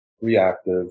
reactive